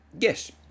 Yes